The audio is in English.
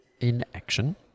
inaction